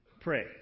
Pray